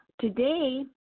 Today